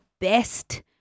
best